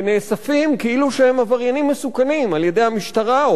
ונאספים כאילו הם עבריינים מסוכנים על-ידי המשטרה,